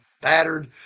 battered